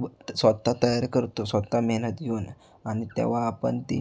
ब स्वतः तयार करतो स्वतः मेहनत घेऊन आणि तेव्हा आपण ती